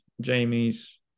Jamie's